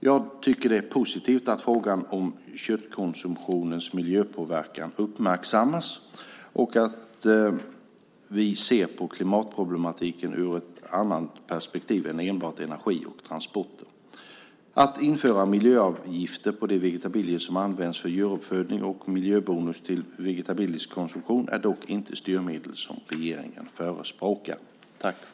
Jag tycker det är positivt att frågan om köttkonsumtionens miljöpåverkan uppmärksammas och att vi ser på klimatproblematiken ur ett annat perspektiv än enbart utifrån energi och transporter. Att införa miljöavgifter på de vegetabilier som används för djuruppfödning och miljöbonus till vegetabilisk produktion är dock inte styrmedel som regeringen förespråkar.